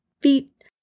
feet